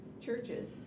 churches